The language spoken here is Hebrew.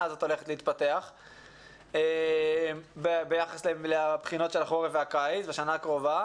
הולכת להתפתח בכל הנוגע לבגרויות חורף וקיץ שתבואנה.